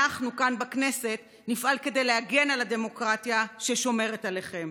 אנחנו כאן בכנסת נפעל כדי להגן על הדמוקרטיה ששומרת עליכם.